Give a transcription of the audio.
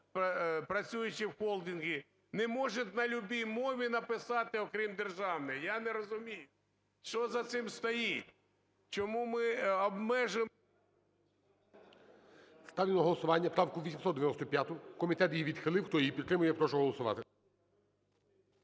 працюючи в холдингу, не може на любій мові написати, окрім державної, я не розумію. Що за цим стоїть? Чому ми обмежуємо… ГОЛОВУЮЧИЙ. Ставлю на голосування правку 895. Комітет її відхилив. Хто її підтримує, прошу голосувати.